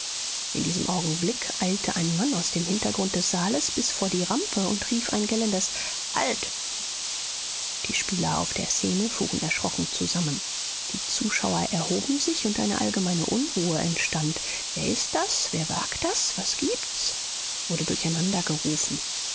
in diesem augenblick eilte ein mann aus dem hintergrund des saales bis vor die rampe und rief ein gellendes halt die spieler auf der szene fuhren erschrocken zusammen die zuschauer erhoben sich und eine allgemeine unruhe entstand wer ist das wer wagt das was gibt's wurde durcheinander gerufen